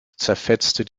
zerfetzte